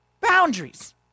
Boundaries